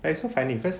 like so funny cause